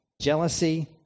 Jealousy